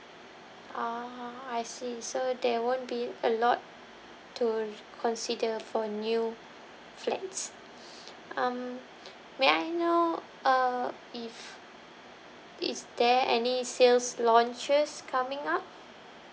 ah I see so there won't be a lot to consider for new flats um may I know uh if is there any sales launches coming up